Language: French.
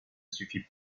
suffit